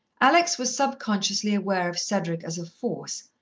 alex was sub-consciously aware of cedric as a force,